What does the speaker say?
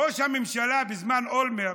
ראש הממשלה, בזמן אולמרט,